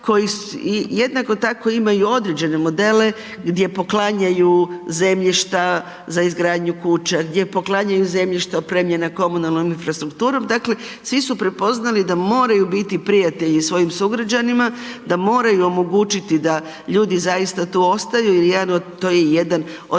koji jednako tako imaju određene modele gdje poklanjaju zemljišta za izgradnju kuća, gdje poklanjaju zemljišta opremljena komunalnom infrastrukturom, dakle, svi su prepoznali da moraju biti prijatelji svojim sugrađanima, da moraju omogućiti da ljudi zaista tu ostaju, to je jedan od